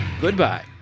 goodbye